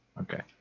Okay